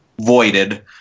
voided